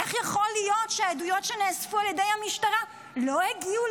איך יכול להיות שהעדויות שנאספו על ידי המשטרה לא הגיעו